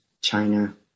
China